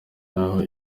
naho